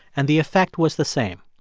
and the effect was the same.